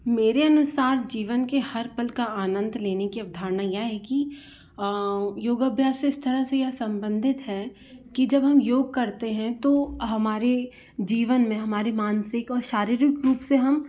मेरे अनुसार जीवन के हर पल का आनंद लेने की अवधारणा यह है कि योगाभ्यास से इस तरह से यह संबंधित है कि जब हम योग करते हैं तो हमारे जीवन में हमारे मानसिक और शारीरिक रूप से हम